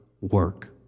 work